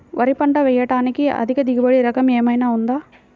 వరి పంట వేయటానికి అధిక దిగుబడి రకం ఏమయినా ఉందా?